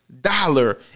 dollar